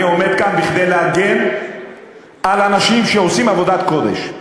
אני עומד כאן כדי להגן על אנשים שעושים עבודת קודש,